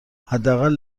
حداقل